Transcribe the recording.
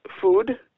food